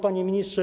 Panie Ministrze!